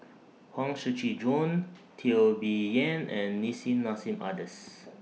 Huang Shiqi Joan Teo Bee Yen and Nissim Nassim Adis